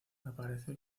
aparece